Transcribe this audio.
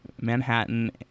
manhattan